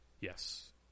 Yes